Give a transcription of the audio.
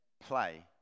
play